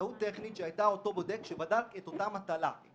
הטעות הטכנית הייתה שאותו בודק בדק את אותה המטלה.